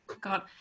God